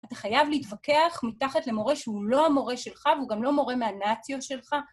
אתה חייב להתווכח מתחת למורה שהוא לא המורה שלך והוא גם לא מורה מהנאציו שלך.